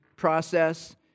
Process